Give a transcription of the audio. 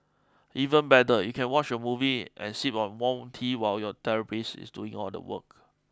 even better you can watch a movie and sip on warm tea while your therapist is doing all the work